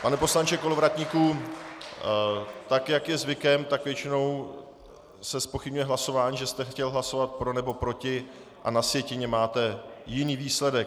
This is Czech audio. Pane poslanče Kolovratníku, tak jak je zvykem, většinou se zpochybňuje hlasování, že jste chtěl hlasovat pro nebo proti a na sjetině máte jiný výsledek.